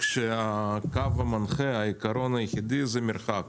כאשר העיקרון המנחה היחידי הוא מרחק.